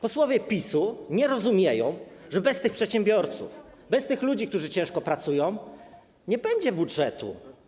Posłowie PiS-u nie rozumieją, że bez tych przedsiębiorców, bez tych ludzi, którzy ciężko pracują, nie będzie budżetu.